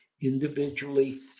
individually